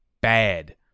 bad